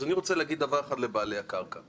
אז אני רוצה להגיד דבר אחד לבעלי הקרקע.